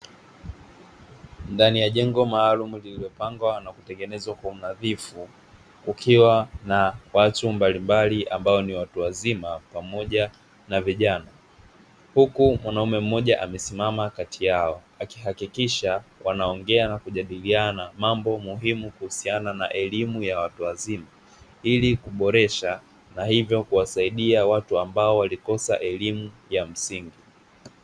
Ndani ya jengo maalumu lililopangwa na kutengenezwa kwa unadhifu kukiwa na watu mbalimbali ambao ni watu wazima pamoja na vijana, huku mwanaume mmoja amesimama kati yao akihakikisha wanaongea na kujadiliana mambo muhimu kuhusiana na elimu ya watu wazima ili kuboresha na hivyo kuwasaidia watu ambao walikosa elimu ya msingi.